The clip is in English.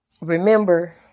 remember